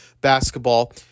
basketball